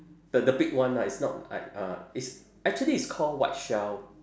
the the big one lah it's not like uh it's actually it's called white shell